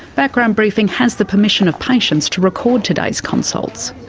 background briefing has the permission of patients to record today's consults.